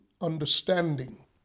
understanding